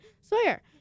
Sawyer